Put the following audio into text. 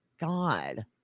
god